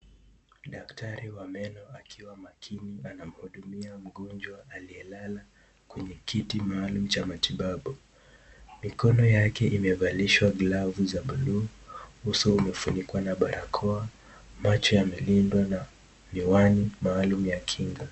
Daktari wa meno akiwa makini anamhudumia mgonjwa aliyelala kwenye kiti maalum cha matibabu mikono yake imevalishwa cloves za blue uzo umefunikwa na barakoa macho yamelindwa na miwani maalum ya kinga.